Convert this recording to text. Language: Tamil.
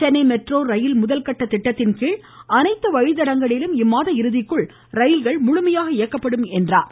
சென்னை மெட்ரோ ரயில் முதற்கட்ட திட்டத்தின்கீழ் அனைத்து வழித்தடங்களிலும் இம்மாத இறுதிக்குள் ரயில்கள் முழுமையாக இயக்கப்படும் என்றார்